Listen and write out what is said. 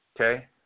Okay